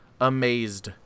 Amazed